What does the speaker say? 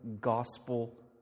gospel